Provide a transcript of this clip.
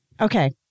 Okay